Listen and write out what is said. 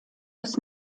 des